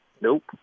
Nope